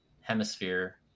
hemisphere